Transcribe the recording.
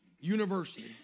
University